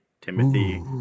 Timothy